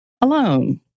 alone